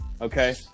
Okay